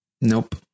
Nope